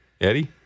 Eddie